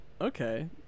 okay